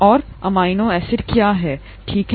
और amino acid क्या है ठीक है